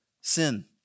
sin